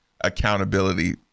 accountability